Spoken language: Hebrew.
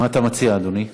מה אתה מציע, אדוני?